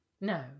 No